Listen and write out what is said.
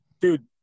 dude